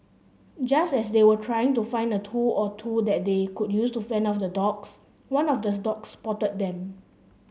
just as they were trying to find a tool or two that they could use to fend off the dogs one of the dogs spotted them